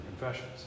Confessions